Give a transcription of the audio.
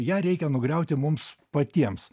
ją reikia nugriauti mums patiems